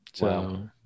Wow